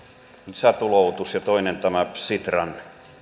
lisätuloutus ja toinen tämä sitran